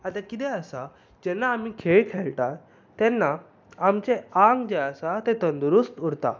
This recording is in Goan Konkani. आता कितें आसा जेन्ना आमी खेळ खेळटा तेन्ना आमचें आंग जें आसा तें तंदुरूस्त उरता